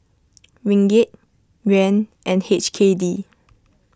Ringgit Yuan and H K D